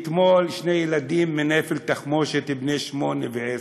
אתמול ילדים, מנפל תחמושת, בני 8 ו-10.